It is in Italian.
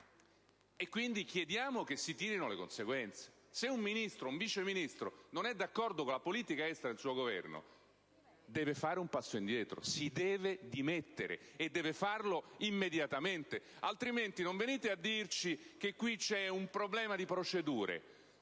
Quindi, chiediamo che si tirino le conseguenze. Se un Ministro, un Vice Ministro non è d'accordo con la politica estera del suo Governo, deve fare un passo indietro: si deve dimettere, e deve farlo immediatamente. Altrimenti, non venite a dirci che qui c'è un problema di procedure: